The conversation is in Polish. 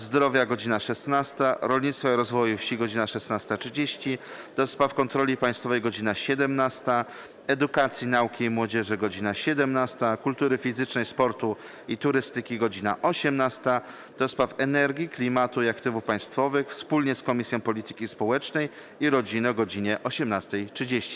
Zdrowia - godz. 16, - Rolnictwa i Rozwoju Wsi - godz. 16.30, - do Spraw Kontroli Państwowej - godz. 17, - Edukacji, Nauki i Młodzieży - godz. 17, - Kultury Fizycznej, Sportu i Turystyki - godz. 18, - do Spraw Energii, Klimatu i Aktywów Państwowych wspólnie z Komisją Polityki Społecznej i Rodziny - godz. 18.30.